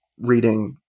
reading